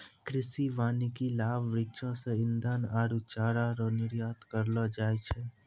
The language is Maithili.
कृषि वानिकी लाभ वृक्षो से ईधन आरु चारा रो निर्यात करलो जाय छै